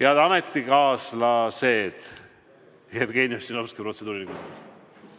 Head ametikaaslased ... Jevgeni Ossinovski, protseduuriline